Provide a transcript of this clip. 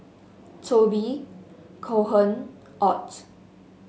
Toby Cohen Ott